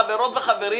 חברות וחברים,